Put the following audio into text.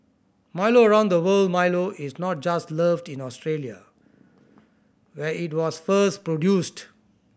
Milo around the world Milo is not just loved in Australia where it was first produced